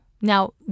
Now